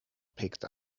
picked